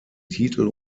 titel